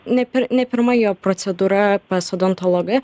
ne per ne pirma jo procedūra pas odontologą